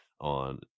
on